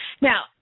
Now